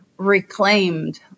Reclaimed